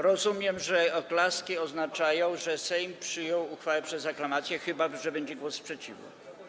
Rozumiem, że oklaski oznaczają, że Sejm przyjął uchwałę przez aklamację, chyba że będzie głos sprzeciwu.